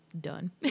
done